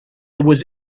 was